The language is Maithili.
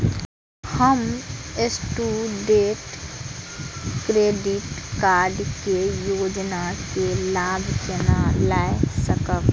हम स्टूडेंट क्रेडिट कार्ड के योजना के लाभ केना लय सकब?